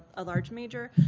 a large major.